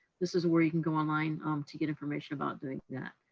this is where you can go online um to get information about doing that.